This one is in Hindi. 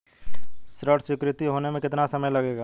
ऋण स्वीकृत होने में कितना समय लगेगा?